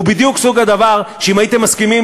הוא בדיוק סוג הדבר שאם הייתם מסכימים